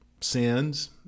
sins